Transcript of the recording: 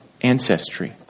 ancestry